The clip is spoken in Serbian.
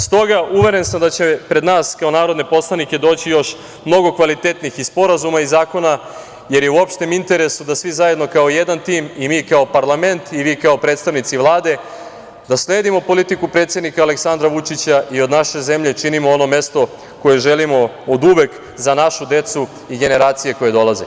Stoga, uveren sam da će pred nas kao narodne poslanike doći još mnogo kvalitetnih i sporazuma i zakona, jer je u opštem interesu da svi zajedno kao jedan tim, i mi kao parlament i vi kao predstavnici Vlade, da sledimo politiku predsednika Aleksandra Vučića i od naše zemlje činimo ono mesto koje želimo oduvek za našu decu i generacije koje dolaze.